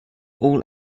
all